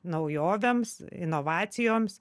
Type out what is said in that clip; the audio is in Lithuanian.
naujovėms inovacijoms